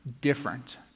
different